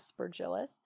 aspergillus